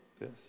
Yes